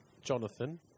Jonathan